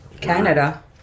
Canada